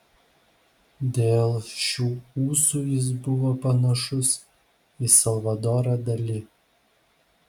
dėl šių ūsų jis buvo panašus į salvadorą dali